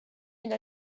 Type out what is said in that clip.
une